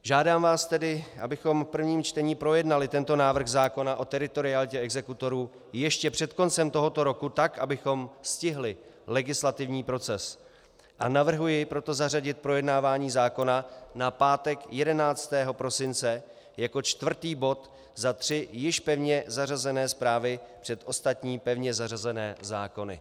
Žádám vás tedy, abychom v prvním čtení projednali tento návrh zákona o teritorialitě exekutorů ještě před koncem tohoto roku, tak abychom stihli legislativní proces, a navrhuji proto zařadit projednávání zákona na pátek 11. prosince jako čtvrtý bod za tři již pevně zařazené zprávy před ostatní pevně zařazené zákony.